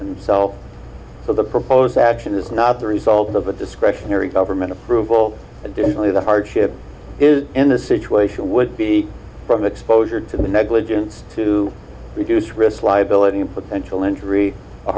and so the proposed action is not the result of a discretionary government approval additionally the hardship is in the situation would be from exposure to the negligence to reduce risk liability and potential injury